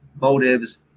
motives